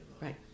Right